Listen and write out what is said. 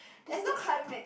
there's no climax